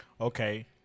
Okay